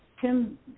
Tim